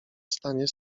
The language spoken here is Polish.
stanie